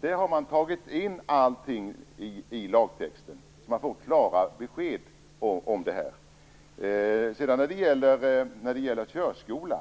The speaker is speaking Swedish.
Där har man tagit in allting i lagtexten; där ges klara besked om det här. När det gäller Per Rosengrens frågor om körskolan